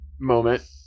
moment